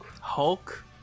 Hulk